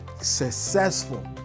Successful